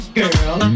girl